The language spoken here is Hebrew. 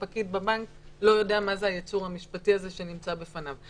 הפקיד בבנק לא יודע מה זה הייצור המשפטי הזה שנמצא בפניו.